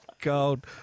god